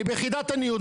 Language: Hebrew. אני ביחידת הניהול,